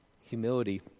Humility